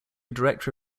director